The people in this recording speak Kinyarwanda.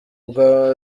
bwa